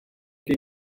gei